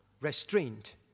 restraint